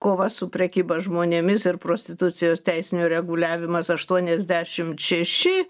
kova su prekyba žmonėmis ir prostitucijos teisinio reguliavimas aštuoniasdešimt šeši